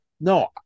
No